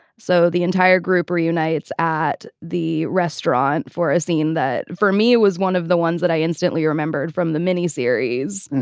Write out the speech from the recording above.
so the entire group reunites at the restaurant for a scene that for me was one of the ones that i instantly remembered from the mini series.